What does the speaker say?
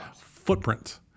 footprint